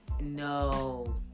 No